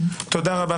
תודה.